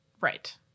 Right